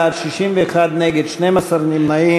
45 בעד, 61 נגד, 12 נמנעים.